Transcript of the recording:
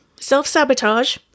Self-sabotage